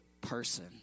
person